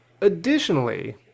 Additionally